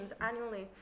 annually